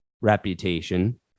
reputation